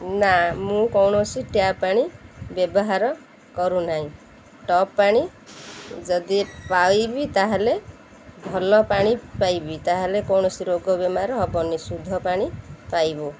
ନା ମୁଁ କୌଣସି ଟ୍ୟାପ୍ ପାଣି ବ୍ୟବହାର କରୁ ନାହିଁ ଟପ୍ ପାଣି ଯଦି ପାଇବି ତାହେଲେ ଭଲ ପାଣି ପାଇବି ତାହେଲେ କୌଣସି ରୋଗ ବେମାର ହବନି ଶୁଦ୍ଧ ପାଣି ପାଇବୁ